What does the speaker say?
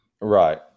right